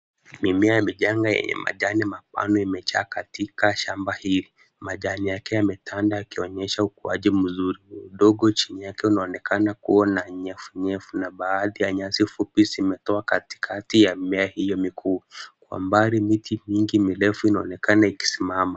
Mimea michanga yenye majani mapana imejaa katika shamba hili, majani yake yametanda yakionyesha ukuaji mzuri, udongo chini yake unaonekana kuwa na unyevunyevu na baadhi ya nyasi fupi zimetoa katikati ya mimea hiyo mikuu, kwa mbali miti mingi mirefu inaonekana ikisimama.